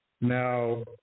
Now